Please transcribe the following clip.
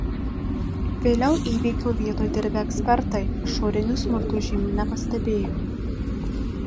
vėliau įvykio vietoj dirbę ekspertai išorinių smurto žymių nepastebėjo